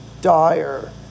dire